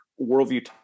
worldview